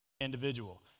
individual